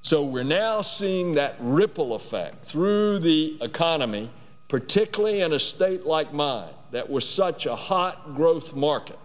so we're now seeing that ripple effect through the economy particularly in a state like mine that we're such a hot growth market